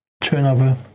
turnover